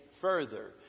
further